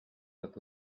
look